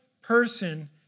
person